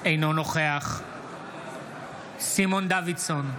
אינו נוכח סימון דוידסון,